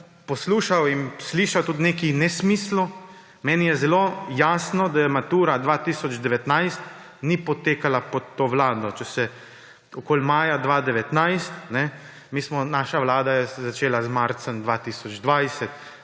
poslušal in slišal tudi nekaj nesmislov. Meni je zelo jasno, da matura 2019 ni potekala pod to vlado, če je bila okoli maja 2019, naša vlada pa je začela z marcem 2020.